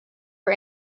for